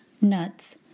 nuts